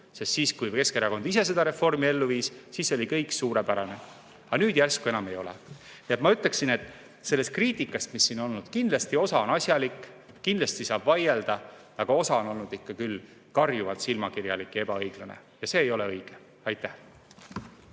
sest siis, kui Keskerakond ise seda reformi ellu viis, oli kõik suurepärane. Aga nüüd järsku enam ei ole. Ma ütleksin, et sellest kriitikast, mis siin on olnud, on kindlasti osa asjalik, kindlasti saab vaielda, aga osa on olnud ikka küll karjuvalt silmakirjalik ja ebaõiglane ja see ei ole õige. Aitäh!